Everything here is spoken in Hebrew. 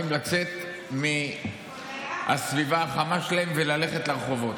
לצאת מהסביבה החמה שלהם וללכת לרחובות.